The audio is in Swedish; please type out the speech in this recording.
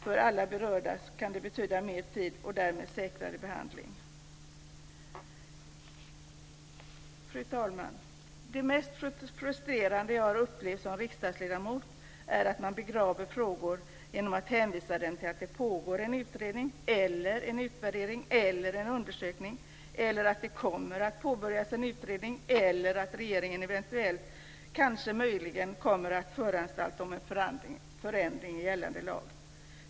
För alla berörda kan det betyda mer tid och därmed säkrare behandling. Fru talman! Det mest frustrerande som jag har upplevt som riksdagsledamot är att man begraver frågor genom att hänvisa till att det pågår en utredning, en utvärdering, en undersökning eller att det kommer att påbörjas en utredning eller att regeringen eventuellt, kanske, möjligen kommer att föranstalta om en förändring i gällande lag.